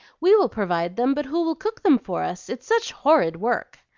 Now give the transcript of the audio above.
we will provide them, but who will cook them for us? it's such horrid work.